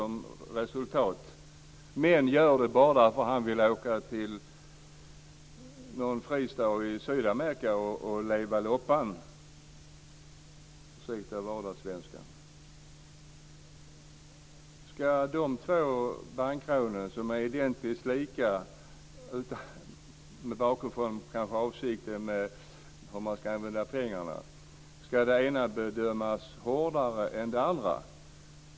Men den senare begår brottet bara därför att han vill åka till någon fristad i Sydamerika och leva loppan - ursäkta vardagssvenskan. Dessa två bankrånare begår identiska brott men har olika avsikter när det gäller hur pengarna ska användas. Ska den ena dömas hårdare än den andra?